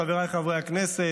חבריי חברי הכנסת,